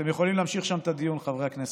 אתם יכולים להמשיך שם את הדיון, חברי הכנסת.